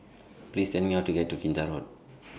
Please Tell Me How to get to Kinta Road